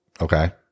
okay